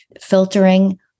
filtering